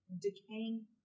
decaying